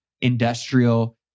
Industrial